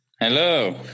Hello